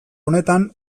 honetan